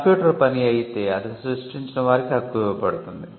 computer పని అయితే అది సృష్టించిన వారికి హక్కు ఇవ్వబడుతుంది